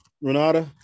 Renata